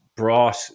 brought